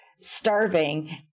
starving